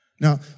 Now